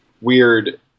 weird